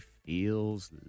Feels